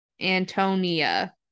Antonia